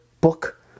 book